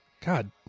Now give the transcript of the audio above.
God